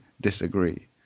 disagree